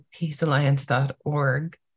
peacealliance.org